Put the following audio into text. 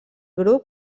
grup